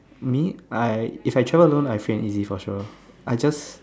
me I if I travel alone I free and easy for sure I just